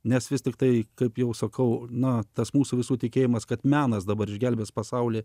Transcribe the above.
nes vis tiktai kaip jau sakau na tas mūsų visų tikėjimas kad menas dabar išgelbės pasaulį